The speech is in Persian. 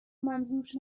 ممزوج